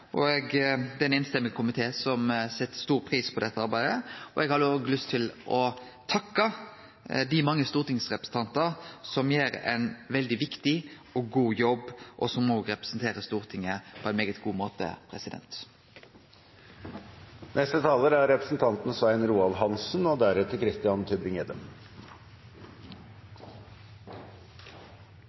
gjort. Eg vil berre peike på at det viser breidda av det arbeidet som skjer. Det er eit viktig arbeid, og det er ein einstemmig komité som set stor pris på dette arbeidet. Eg har òg lyst til å takke dei mange stortingsrepresentantane som gjer ein veldig viktig og god jobb, og som òg representerer Stortinget på ein svært god måte.